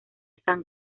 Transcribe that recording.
san